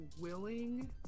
willing